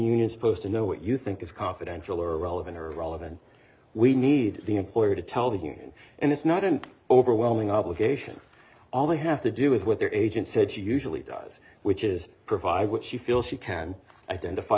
union supposed to know what you think is confidential or relevant or irrelevant we need the employer to tell the union and it's not an overwhelming obligation all they have to do is what their agent said she usually does which is provide what she feels she can identify